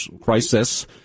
crisis